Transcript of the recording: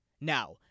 Now